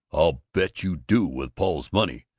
i'll bet you do! with paul's money!